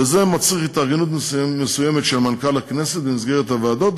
וזה מצריך התארגנות מסוימת של מנכ"ל הכנסת במסגרת הוועדות,